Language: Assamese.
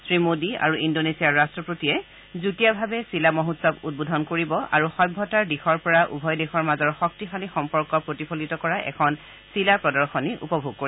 শ্ৰীমোদী আৰু ইণ্ডোনেছিয়াৰ ৰাট্টপতিয়ে যুটীয়াভাৱে চিলা মহোৎসৱ উদ্বোধন কৰিব আৰু সভ্যতাৰ দিশৰ পৰা উভয় দেশৰ মাজৰ শক্তিশালী সম্পৰ্ক প্ৰতিফলিত কৰা এখন চিলা প্ৰদশনী উপভোগ কৰিব